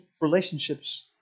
relationships